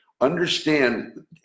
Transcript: understand